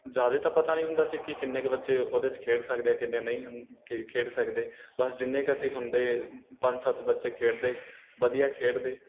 ਜ਼ਿਆਦਾ ਤਾਂ ਪਤਾਂ ਨਹੀਂ ਹੁੰਦਾ ਸੀ ਕਿ ਕਿੰਨੇ ਕੁ ਬੱਚੇ ਉਹਦੇ 'ਚ ਖੇਡ ਸਕਦੇ ਆ ਕਿੰਨੇ ਨਹੀਂ ਖੇਡ ਸਕਦੇ ਬਸ ਜਿੰਨੇ ਕੁ ਅਸੀਂ ਹੁੰਦੇ ਪੰਜ ਸੱਤ ਬੱਚੇ ਖੇਡਦੇ ਵਧੀਆ ਖੇਡਦੇ